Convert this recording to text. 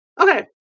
Okay